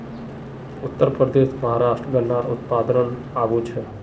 उत्तरप्रदेश, महाराष्ट्र गन्नार उत्पादनोत आगू छे